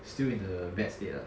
still in the bad state ah